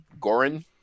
goran